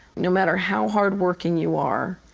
no matter how hard working you are,